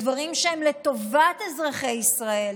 דברים שהם לטובת אזרחי ישראל,